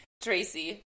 Tracy